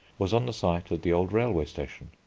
was on the site of the old railway station.